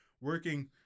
working